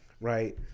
right